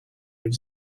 have